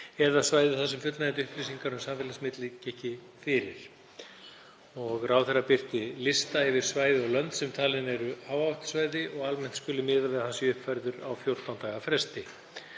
eða svæði þar sem fullnægjandi upplýsingar um samfélagssmit liggja ekki fyrir. Ráðherra birti lista yfir svæði og lönd sem talin eru hááhættusvæði og almennt skuli miðað við að hann sé uppfærður á 14 daga fresti.